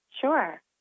sure